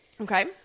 okay